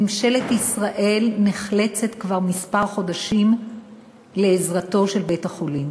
ממשלת ישראל נחלצת כבר כמה חודשים לעזרתו של בית-החולים.